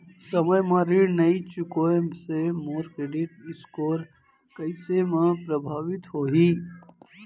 समय म ऋण नई चुकोय से मोर क्रेडिट स्कोर कइसे म प्रभावित होही?